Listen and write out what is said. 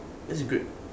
that's great